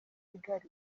kigali